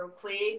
quick